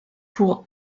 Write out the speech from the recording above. pour